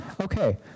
Okay